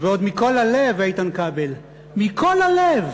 ועוד מכל הלב, איתן כבל, מכל הלב